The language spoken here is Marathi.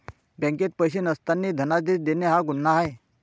बँकेत पैसे नसतानाही धनादेश देणे हा गुन्हा आहे